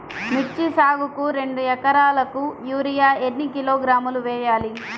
మిర్చి సాగుకు రెండు ఏకరాలకు యూరియా ఏన్ని కిలోగ్రాములు వేయాలి?